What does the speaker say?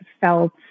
felt